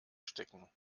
stecken